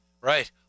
Right